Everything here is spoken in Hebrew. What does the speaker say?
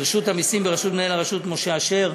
לרשות המסים, בראשות מנהל הרשות משה אשר.